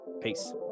Peace